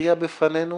להתריע בפנינו